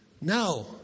No